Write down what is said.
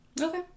okay